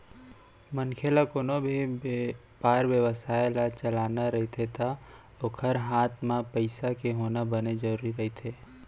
मनखे ल कोनो भी बेपार बेवसाय ल चलाना रहिथे ता ओखर हात म पइसा के होना बने जरुरी रहिथे